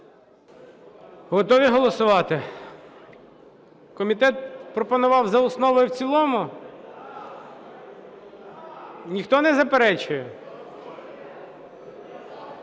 Готові голосувати? Комітет пропонував за основу і в цілому. Ніхто не заперечує?